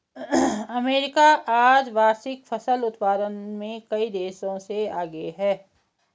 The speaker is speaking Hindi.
अमेरिका आज वार्षिक फसल उत्पादन में कई देशों से आगे है